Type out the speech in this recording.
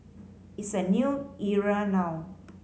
it's a new era now